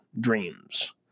dreams